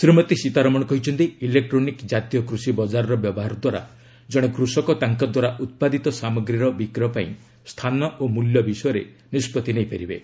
ଶ୍ରୀମତୀ ସୀତାରମଣ କହିଛନ୍ତି ଇଲେକ୍ଟ୍ରୋନିକ୍ ଜାତୀୟ କୃଷି ବଜାରର ବ୍ୟବହାର ଦ୍ୱାରା ଜଣେ କୃଷକ ତାଙ୍କ ଦ୍ୱାରା ଉତ୍ପାଦିତ ସାମଗ୍ରୀର ବିକ୍ରୟ ପାଇଁ ସ୍ଥାନ ଓ ମ୍ବଲ୍ୟ ବିଷୟରେ ନିଷ୍ପଭି ନେଇପାରିବେ